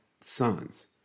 sons